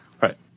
Right